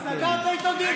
סגרת איתו דיל,